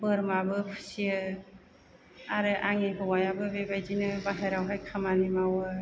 बोरमाबो फिसियो आरो आंनि हौवायाबो बेबायदिनो बाहेरायावहाय खामानि मावो